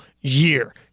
year